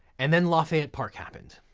and then lafayette park happened.